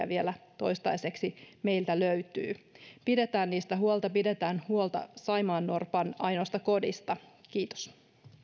vielä toistaiseksi meiltä löytyy pidetään niistä huolta pidetään huolta saimaannorpan ainoasta kodista kiitos